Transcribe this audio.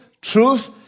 truth